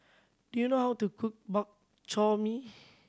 do you know how to cook Bak Chor Mee